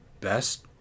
best